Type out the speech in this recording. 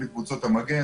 אלה קבוצות המגן.